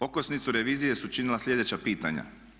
Okosnicu revizije su činila sljedeća pitanja.